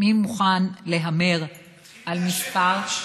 מי מוכן להמר על מספר?